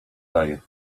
daje